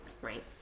right